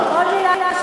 לא כל מילה.